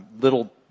little